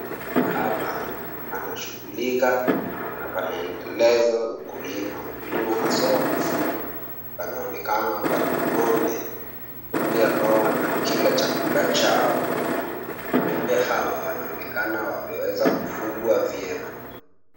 Hapa anashughulika na anaendeleza ukulima, hasa ufugaji wa mifugo. Panaonekana ng’ombe ambao wanakula chakula chao. Ng’ombe hawa wanaonekana wamefugwa vyema.